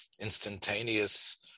instantaneous